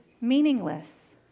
meaningless